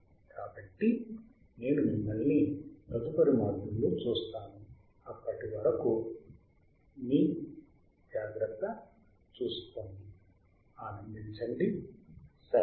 కాబట్టి నేను మిమ్మల్ని తదుపరి మాడ్యూల్లో చూస్తాను మరియు అప్పటి వరకు మీ జాగ్రత్త చూసుకోండి ఆనందించండి శెలవు